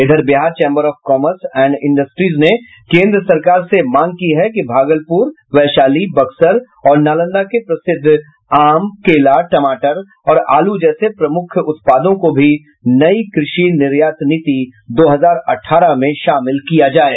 इधर Bihar chamber of commerce and industries ने केन्द्र सरकार से मांग की है कि भागलपुर वैशाली बक्सर और नालंदा के प्रसिद्ध आम केला टमाटर और आलू जैसे प्रमुख उत्पादों को भी नई कृषि निर्यात नीति दो हजार अठारह में शामिल किया जाये